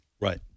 right